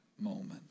moment